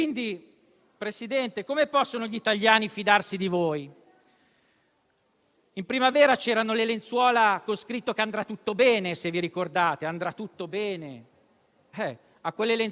si è sostituito il pessimismo e la rabbia. In primavera c'erano le canzoni. La gente aspettava le 18, apriva